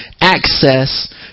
access